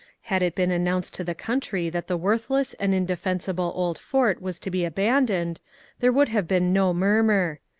had it been announced to the country that the worthless and indefensible old fort was to be abandoned there would have been no murmur.